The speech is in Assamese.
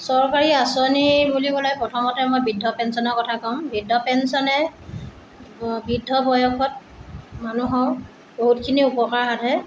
চৰকাৰী আঁচনি বুলি ক'লে প্ৰথমতে মই বৃদ্ধ পেঞ্চনৰ কথা কম বৃদ্ধ পেঞ্চনে বৃদ্ধ বয়সত মানুহক বহুতখিনি উপকাৰ সাধে